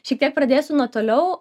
šitiek pradėsiu nuo toliau